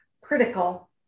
critical